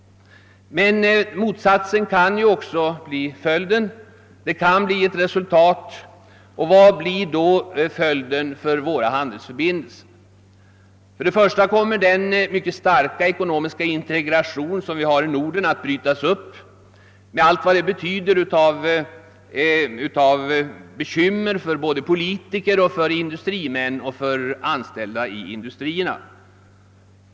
Men det kan också bli ett resultat, och vad skulle detta då innebära med tanke på våra handelsförbindelser? Bl.a. kommer den mycket starka ekonomiska integrationen i Norden att brytas upp med allt vad detta betyder av bekymmer för politiker, industrimän och anställda i industrierna.